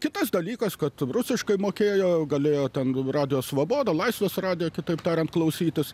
kitas dalykas kad rusiškai mokėjo galėjo ten radijo svoboda laisvės radijo kitaip tariant klausytis